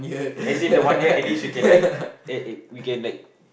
as in the one year at least you can like eh you can like